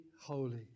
holy